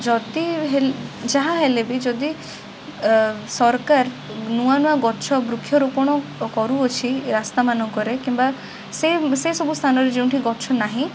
ଯଦି ହେଲ ଯାହାହେଲେ ବି ଯଦି ଅ ସରକାର ନୂଆନୂଆ ଗଛ ବୃକ୍ଷରୋପଣ କରୁଅଛି ରାସ୍ତାମାନଙ୍କରେ କିମ୍ବା ସେସବୁ ସେସବୁ ସ୍ଥାନରେ ଯେଉଁଠି ଗଛ ନାହିଁ